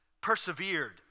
persevered